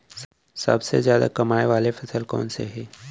सबसे जादा कमाए वाले फसल कोन से हे?